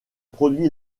produit